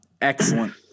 Excellent